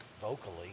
vocally